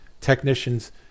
technicians